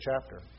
chapter